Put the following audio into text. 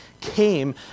came